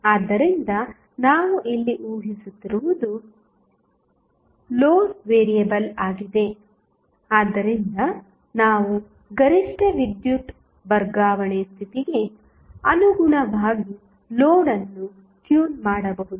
ಆದ್ದರಿಂದ ನಾವು ಇಲ್ಲಿ ಊಹಿಸುತ್ತಿರುವುದು ಲೋಡ್ ವೇರಿಯಬಲ್ ಆಗಿದೆ ಆದ್ದರಿಂದ ನಾವು ಗರಿಷ್ಠ ವಿದ್ಯುತ್ ವರ್ಗಾವಣೆ ಸ್ಥಿತಿಗೆ ಅನುಗುಣವಾಗಿ ಲೋಡ್ ಅನ್ನು ಟ್ಯೂನ್ ಮಾಡಬಹುದು